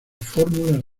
fórmulas